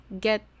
get